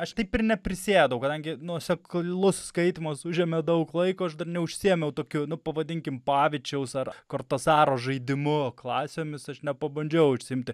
aš taip ir neprisėdau kadangi nuoseklus skaitymas užėmė daug laiko aš dar neužsiėmiau tokiu nu pavadinkim pavičiaus ar kartozaro žaidimu klasėmis aš nepabandžiau užsiimti